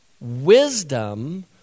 wisdom